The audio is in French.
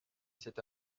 c’est